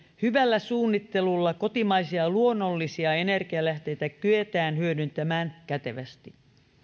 hyvällä suunnittelulla kotimaisia luonnollisia energianlähteitä kyetään hyödyntämään kätevästi